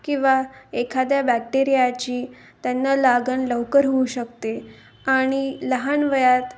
किंवा एखाद्या बॅक्टेरियाची त्यांना लागण लवकर होऊ शकते आणि लहान वयात